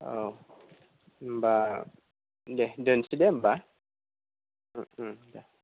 औ होनबा दे दोनसै दे होनबा ओ ओ दे